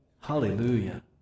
Hallelujah